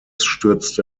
stürzte